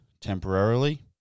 temporarily